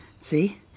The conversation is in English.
See